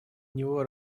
него